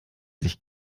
sich